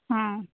ହଁ